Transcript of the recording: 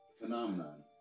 phenomenon